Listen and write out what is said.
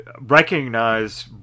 recognize